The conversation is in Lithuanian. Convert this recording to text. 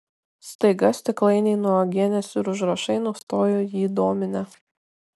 staiga stiklainiai nuo uogienės ir užrašai nustojo jį dominę